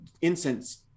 incense